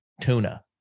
tuna